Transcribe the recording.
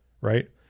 Right